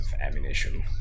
ammunition